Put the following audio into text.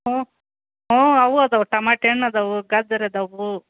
ಹ್ಞೂ ಹ್ಞೂ ಅವೂ ಇದಾವೆ ಟಮಾಟೆ ಹಣ್ ಇದ್ದಾವು ಗಾಜರ್ ಇದ್ದಾವು